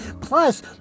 Plus